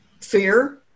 fear